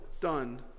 done